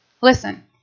Listen